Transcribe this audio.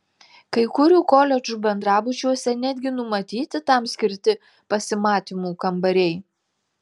kai kurių koledžų bendrabučiuose netgi numatyti tam skirti pasimatymų kambariai